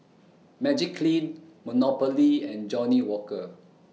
Magiclean Monopoly and Johnnie Walker